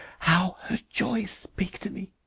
how her joys speak to me!